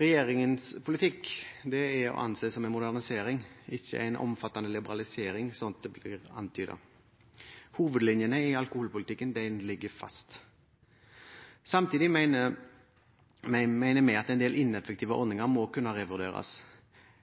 Regjeringens politikk er å anse som en modernisering, ikke en omfattende liberalisering, som det blir antydet. Hovedlinjene i alkoholpolitikken ligger fast. Samtidig mener vi at en del ineffektive ordninger må kunne revurderes.